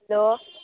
hello